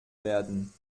werden